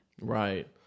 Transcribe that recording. Right